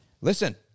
listen